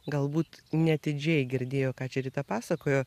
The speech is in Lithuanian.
galbūt neatidžiai girdėjo ką čia rita pasakojo